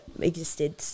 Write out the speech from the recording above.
existed